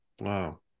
wow